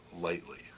lightly